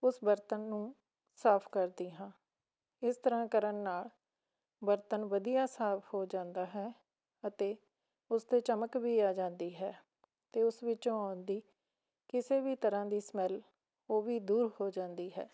ਉਸ ਬਰਤਨ ਨੂੰ ਸਾਫ਼ ਕਰਦੀ ਹਾਂ ਇਸ ਤਰ੍ਹਾਂ ਕਰਨ ਨਾਲ਼ ਬਰਤਨ ਵਧੀਆ ਸਾਫ਼ ਹੋ ਜਾਂਦਾ ਹੈ ਅਤੇ ਉਸ 'ਤੇ ਚਮਕ ਵੀ ਆ ਜਾਂਦੀ ਹੈ ਅਤੇ ਉਸ ਵਿੱਚੋਂ ਆਉਂਦੀ ਕਿਸੇ ਵੀ ਤਰ੍ਹਾਂ ਦੀ ਸਮੈਲ ਉਹ ਵੀ ਦੂਰ ਹੋ ਜਾਂਦੀ ਹੈ